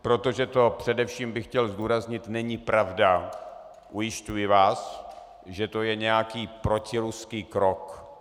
Protože to především bych chtěl zdůraznit není pravda, ujišťuji vás, že to je nějaký protiruský krok.